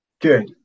Good